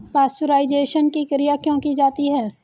Pasteurisation की क्रिया क्यों की जाती है?